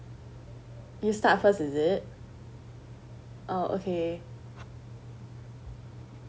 you start first is it oh okay